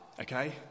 okay